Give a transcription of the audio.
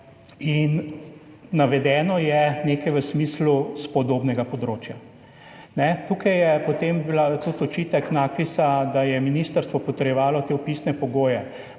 in navedeno je nekaj v smislu s podobnega področja. Tukaj je bil potem tudi očitek NAKVIS, da je ministrstvo potrjevalo te vpisne pogoje.